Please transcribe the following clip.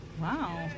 Wow